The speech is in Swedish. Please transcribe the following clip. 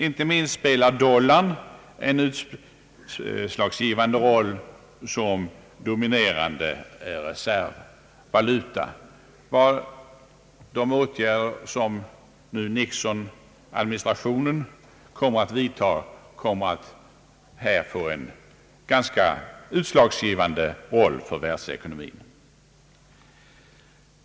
Inte minst spelar dollarn en utslagsgivande roll som dominerande valutareserv. De åtgärder som Nixon-administrationen kommer att vidta kommer därför att vara av en utslagsgivande betydelse för världsekonomin.